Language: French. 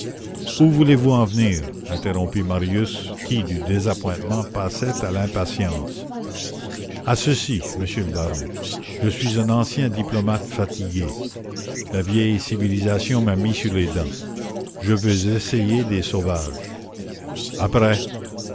où voulez-vous en venir interrompit marius qui du désappointement passait à l'impatience à ceci monsieur le baron je suis un ancien diplomate fatigué la vieille civilisation m'a mis sur les dents je veux essayer des sauvages après